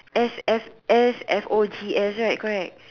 S F S F o G S right correct